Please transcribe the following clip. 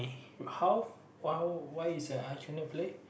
wait how how what is a